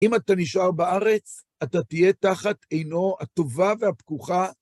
אם אתה נשאר בארץ, אתה תהיה תחת עינו הטובה והפקוחה.